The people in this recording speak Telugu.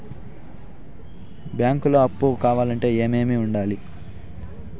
బ్యాంకులో అప్పు కావాలంటే ఏమేమి ఉండాలి?